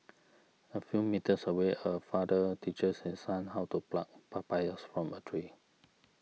a few metres away a father teaches his son how to pluck papayas from a tree